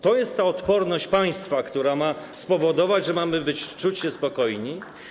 To jest ta odporność państwa, która ma spowodować, że mamy czuć się spokojni?